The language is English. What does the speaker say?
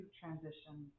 transition